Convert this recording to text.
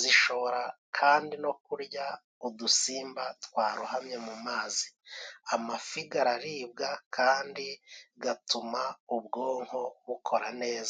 Zishobora kandi no kurya udusimba twarohamye mu mazi. Amafi gararibwa kandi gatuma ubwonko bukora neza.